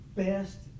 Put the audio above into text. best